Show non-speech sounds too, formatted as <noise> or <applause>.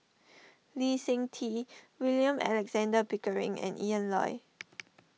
Lee Seng Tee William Alexander Pickering and Ian Loy <noise>